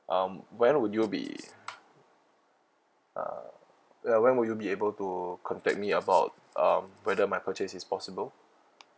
um when would you be uh ya when will you be able to contact me about um whether my purchase is possible